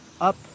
up